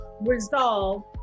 resolve